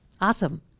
Awesome